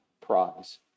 prize